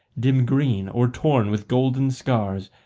dim green or torn with golden scars,